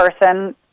person